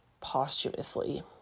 posthumously